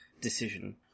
decision